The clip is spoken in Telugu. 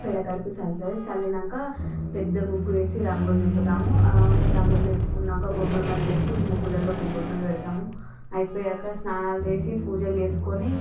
పేడ కలుపు చల్లుతుంది చల్లినంక పెద్ద ముగ్గు వేసి రంగులు నింపుతాము ఆ రంగులు నింపుకున్నాక గొబ్బెమ్మలు చేసి ముగ్గులలో గొబ్బెమ్మలు పెడతాము అయిపోయాక స్నానాలు చేసి పూజలు చేసుకోని